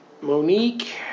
Monique